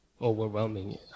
overwhelming